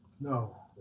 No